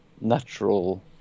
natural